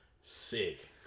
Sick